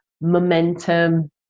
momentum